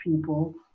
people